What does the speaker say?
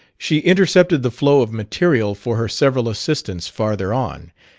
she intercepted the flow of material for her several assistants farther on,